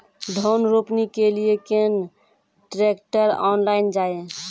धान रोपनी के लिए केन ट्रैक्टर ऑनलाइन जाए?